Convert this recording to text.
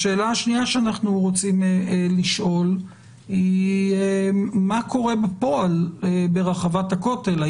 השאלה השנייה שאנחנו רוצים לשאול היא מה קורה בפועל ברחבת הכותל.